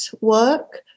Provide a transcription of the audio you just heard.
work